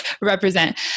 represent